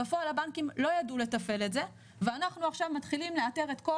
בפועל הבנקים לא ידעו לתפעל את זה ואנחנו עכשיו מתחילים לאתר את כל